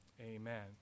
Amen